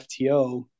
FTO